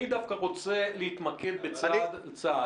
אני דווקא רוצה להתמקד בצעד-צעד.